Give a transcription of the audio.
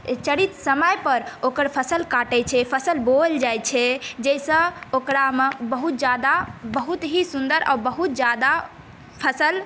चरित समयपर ओकर फसल काटै छै फसल बोअल जाय छै जाहिसँ ओकरामे बहुत ज्यादा बहुत ही सुन्दर आओर बहुत ज्यादा फसल